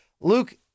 Luke